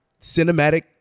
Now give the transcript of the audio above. cinematic